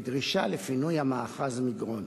בדרישה לפינוי המאחז מגרון.